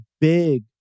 big